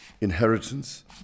inheritance